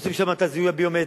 עושים שם את הזיהוי הביומטרי,